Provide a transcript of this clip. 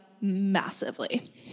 massively